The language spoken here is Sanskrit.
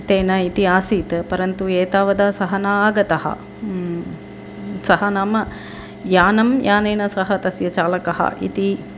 तेन इति आसीत् परन्तु एतावत् सः न आगतः सः नाम यानं यानेन सह तस्य चालकः इति